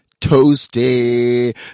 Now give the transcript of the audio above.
toasty